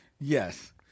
yes